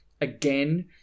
Again